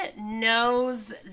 knows